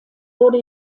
wurde